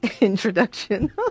introduction